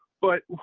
but